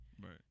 Right